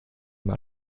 mehr